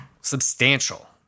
Substantial